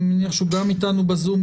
אני מניח שהוא אתנו ב-זום,